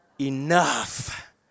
enough